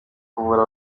kuvura